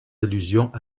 allusions